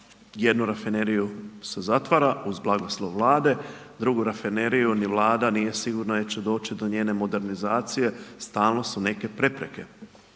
jednu rafineriju se zatvara uz blagoslov Vlade, drugu rafineriju, ni vlada nije sigurno jel će doći do njene modernizacije, stalno su neke prepreke.